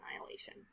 Annihilation